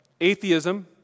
atheism